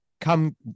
Come